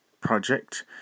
project